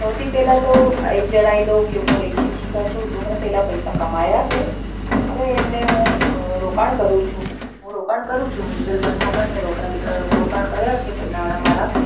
સૌથી પહેલાં તો એક જણાવી દઉં કે હું એક શિક્ષિકા છું તો હું પહેલાં પૈસા કમાયા છે હવે એમને હું રોકાણ કરું છું રોકાણ કરું છું મ્યુચ્યુઅલ ફંડમાં પણ મેં રોકાણ કર્યા છે નાણાં મારા